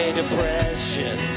depression